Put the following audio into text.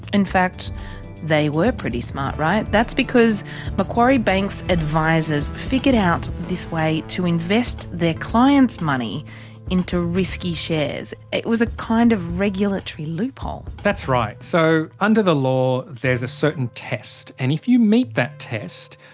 in fact they were pretty smart, right? that's because macquarie bank's advisers figured out this way to invest their clients' money into risky shares. it was a kind of regulatory loophole. that's right. so under the law there's a certain test, and if you meet that test,